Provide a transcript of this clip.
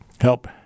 Help